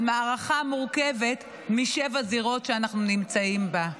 מערכה מורכבת משבע זירות שאנחנו נמצאים בה?